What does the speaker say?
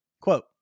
Quote